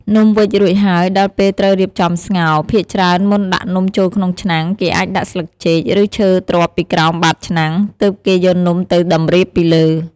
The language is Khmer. នំវេចរួចហើយ ដល់ពេលត្រូវរៀបចំស្ងោរ។ ភាគច្រើនមុនដាក់នំចូលក្នុងឆ្នាំង គេអាចដាក់ស្លឹកចេក ឬឈើទ្រាប់ពីក្រោមបាតឆ្នាំង ទើបគេយកនំទៅតម្រៀបពីលើ។